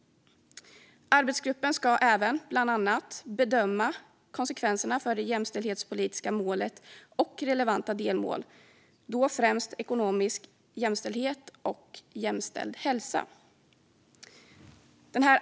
Arbetsgruppen ska bland annat även bedöma konsekvenserna för det jämställdhetspolitiska målet och relevanta delmål och då främst ekonomisk jämställdhet och jämställd hälsa.